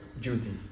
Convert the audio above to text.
duty